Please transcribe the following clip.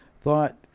thought